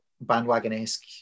bandwagon-esque